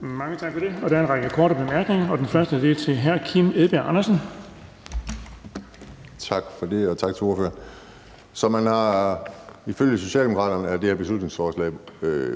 Mange tak for det. Der er en række korte bemærkninger. Den første er fra hr. Kim Edberg Andersen. Kl. 15:12 Kim Edberg Andersen (UFG): Tak for det, og tak til ordføreren. Ifølge Socialdemokraterne er det her beslutningsforslag